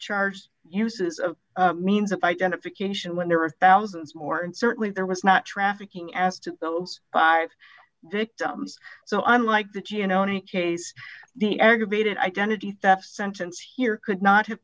charged uses of means of identification when there are thousands more and certainly there was not trafficking as to those five victims so i'm like that you know any case the aggravated identity theft sentence here could not have